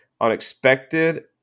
unexpected –